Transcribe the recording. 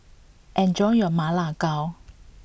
enjoy your Ma Lai Gao